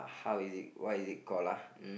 how is it why is it called lah uh